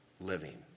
living